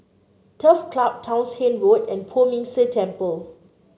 Turf Club Townshend Road and Poh Ming Tse Temple